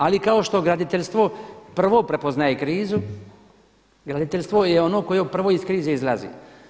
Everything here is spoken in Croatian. Ali kao što graditeljstvo prvo prepoznaje krizu, graditeljstvo je ono koje prvo iz krize izlazi.